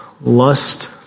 lust